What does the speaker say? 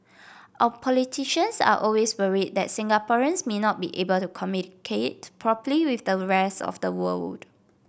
our politicians are always worried that Singaporeans may not be able to communicate properly with the rest of the world